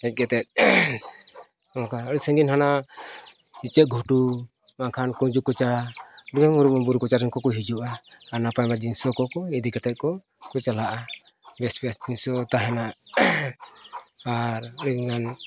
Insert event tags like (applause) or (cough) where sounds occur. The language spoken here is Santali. ᱦᱮᱡ ᱠᱟᱛᱮᱫ ᱱᱚᱝᱠᱟ ᱟᱹᱰᱤ ᱥᱟᱺᱜᱤᱧ ᱦᱟᱱᱟ ᱤᱪᱟᱹᱜ ᱜᱷᱩᱴᱩ ᱵᱟᱝᱠᱷᱟᱱ ᱠᱩᱧᱡᱩᱠᱚᱪᱟ (unintelligible) ᱵᱩᱨᱩ ᱠᱚᱪᱟ ᱨᱮᱱ ᱠᱚᱠᱚ ᱦᱤᱡᱩᱜᱼᱟ ᱟᱨ ᱱᱟᱯᱟᱭ ᱱᱟᱯᱟᱭ ᱡᱤᱱᱤᱥ ᱠᱚᱠᱚ ᱤᱫᱤ ᱠᱟᱛᱮᱫ ᱠᱚᱠᱚ ᱪᱟᱞᱟᱜᱼᱟ ᱵᱮᱥ ᱵᱮᱥ ᱡᱤᱱᱤᱥ ᱦᱚᱸ ᱛᱟᱦᱮᱱᱟ ᱟᱨ ᱟᱹᱰᱤ ᱜᱟᱱ